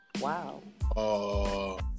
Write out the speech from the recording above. Wow